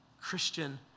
Christian